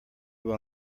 will